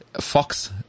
Fox